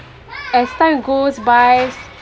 as time goes by